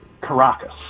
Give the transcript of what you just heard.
Caracas